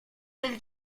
del